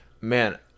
man